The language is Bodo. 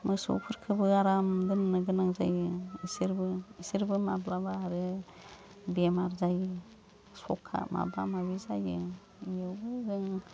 मोसौफोरखौबो आराम दोननो गोनां जायो इसोरबो इसोरबो माब्लाबा आरो बेमार जायो सबखा माबा माबि जायो बेयावबो जों